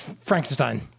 Frankenstein